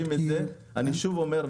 אני שוב אומר,